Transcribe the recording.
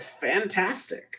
fantastic